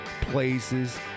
places